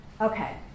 Okay